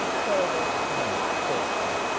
carrados smoked thoughtfully,